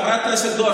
חברת הכנסת גוטליב,